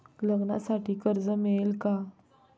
लग्नासाठी कर्ज मिळेल का?